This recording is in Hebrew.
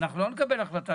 אנחנו לא נקבל החלטה